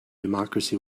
democracy